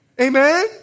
Amen